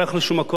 הוא אמר לו,